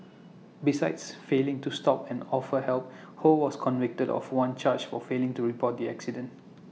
besides failing to stop and offer help ho was convicted of one charge for failing to report the accident